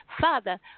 Father